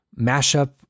mashup